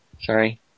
Sorry